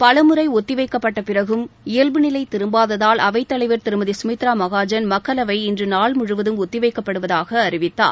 பல முறை ஒத்திவைக்கப்பட்ட பிறகும் இயல்பு நிலை திரும்பாததால் அவைத் தலைவர் திருமதி சுமித்ரா மகாஜன் மக்களவை இன்று நாள் முழுவதும் ஒத்திவைக்கப்படுவதாக அறிவித்தார்